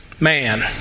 man